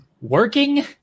working